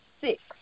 six